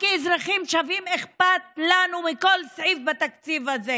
כאזרחים שווים אכפת לנו מכל סעיף בתקציב הזה,